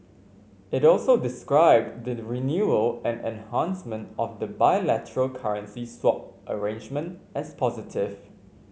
it also described the renewal and enhancement of the bilateral currency swap arrangement as positive